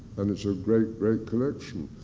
and it's a great, great creation.